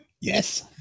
Yes